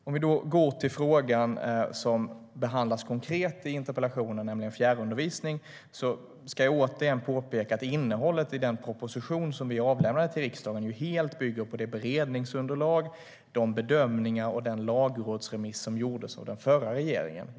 När det gäller frågan som behandlas konkret i interpellationen, nämligen fjärrundervisning, ska jag återigen påpeka att innehållet i den proposition som vi avlämnade till riksdagen helt bygger på det beredningsunderlag, de bedömningar och den lagrådsremiss som gjordes av den förra regeringen.